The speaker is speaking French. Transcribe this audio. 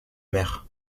mer